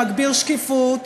מגביר שקיפות,